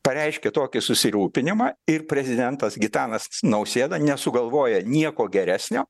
pareiškė tokį susirūpinimą ir prezidentas gitanas nausėda nesugalvoja nieko geresnio